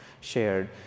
shared